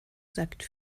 sagt